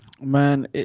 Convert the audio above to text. Man